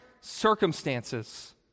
circumstances